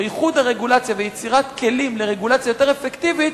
איחוד הרגולציה ויצירת כלים לרגולציה יותר אפקטיבית,